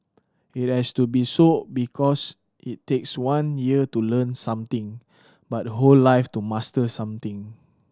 it has to be so because it takes one year to learn something but a whole life to master something